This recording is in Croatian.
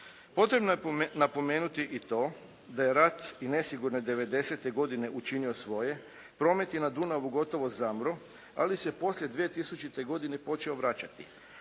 Potrebno je napomenuti i to da je rat i nesigurne 90-te godine učinio svoje. Promet je na Dunavu gotovo zamro, ali se poslije 2000. godine počeo vraćati,